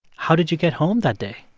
how did you get home that day?